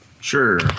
Sure